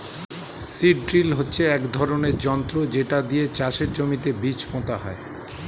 seed drill হচ্ছে এক ধরনের যন্ত্র যেটা দিয়ে চাষের জমিতে বীজ পোতা হয়